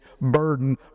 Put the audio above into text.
burden